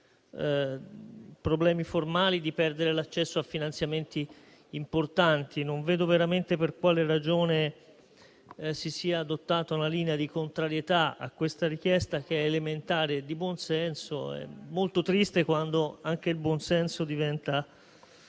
problemi formali, di perdere l'accesso a finanziamenti importanti. Non vedo per quale ragione si sia adottata una linea di contrarietà a questa richiesta, che è elementare e di buonsenso. È molto triste quando anche il buonsenso diventa